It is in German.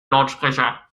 lautsprecher